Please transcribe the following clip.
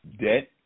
debt